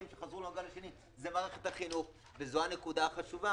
כשחזרו בגל השני זה מערכת החינוך וזו הנקודה החשובה.